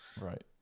Right